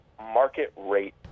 market-rate